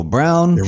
Brown